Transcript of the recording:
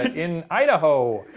in idaho,